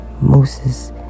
moses